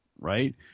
right